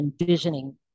envisioning